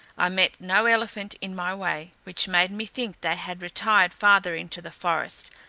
i met no elephant in my way, which made me think they had retired farther into the forest,